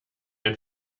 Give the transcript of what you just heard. ein